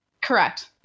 Correct